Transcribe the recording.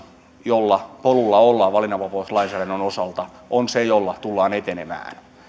jolla polulla ollaan valinnanvapauslainsäädännön osalta on se jolla tullaan etenemään